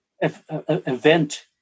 event